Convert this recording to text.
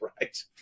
right